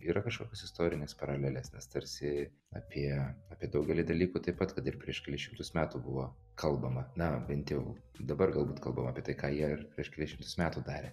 yra kažkokios istorinės paralelės nes tarsi apie apie daugelį dalykų taip pat kad ir prieš kelis šimtus metų buvo kalbama na bent jau dabar galbūt kalbama apie tai ką jie ir prieš kelis šimtus metų darė